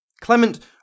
Clement